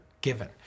given